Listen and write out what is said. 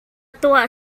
tuah